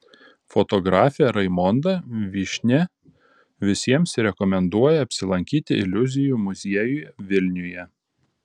fotografė raimonda vyšnia visiems rekomenduoja apsilankyti iliuzijų muziejuje vilniuje